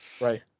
Right